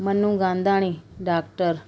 मनू गंधाणी डॉक्टर